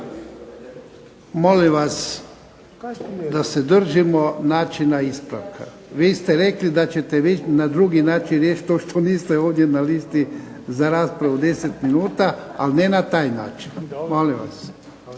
Molim vas da se držimo načina ispravka. Vi ste rekli da ćete vi na drugi način riješiti to što niste na listi za raspravu od 10 minuta, ali ne na taj način. Molim vas!